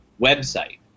website